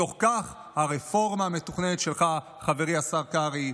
ומתוך כך הרפורמה המתוכננת שלך, חברי השר קרעי.